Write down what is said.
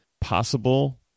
possible